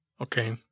Okay